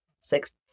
six